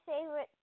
favorite